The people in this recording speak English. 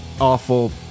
Awful